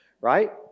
right